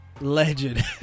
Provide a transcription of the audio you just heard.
Legend